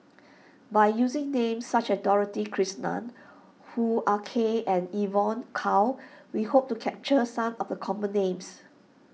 by using names such as Dorothy Krishnan Hoo Ah Kay and Evon Kow we hope to capture some of the common names